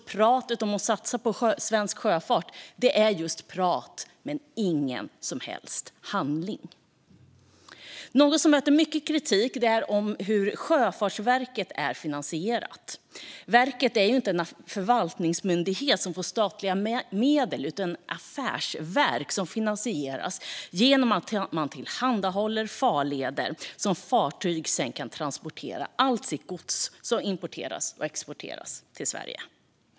Pratet om att satsa på svensk sjöfart är alltså just prat och ingen som helst handling. Något som möter mycket kritik är hur Sjöfartsverket är finansierat. Verket är inte en förvaltningsmyndighet som får statliga medel utan ett affärsverk som finansieras genom att man tillhandahåller farleder där fartyg kan transportera gods som importeras till och exporteras från Sverige.